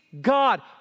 God